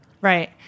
Right